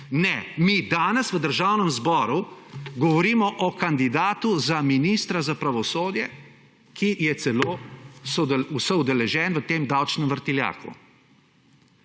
Ne, mi danes v Državnem zboru govorimo o kandidatu za ministra za pravosodje, ki je celo soudeležen v tem davčnem vrtiljaku.